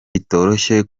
bitoroshye